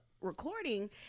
recording